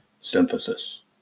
synthesis